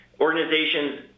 organizations